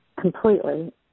completely